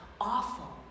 awful